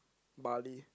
Bali